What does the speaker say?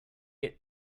get